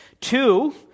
Two